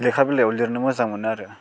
लेखा बिलाइआव लिरनो मोजां मोनो आरो